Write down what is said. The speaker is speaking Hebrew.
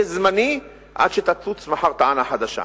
יהיה זמני, עד שתצוץ טענה חדשה.